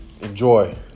Enjoy